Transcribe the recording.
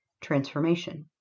transformation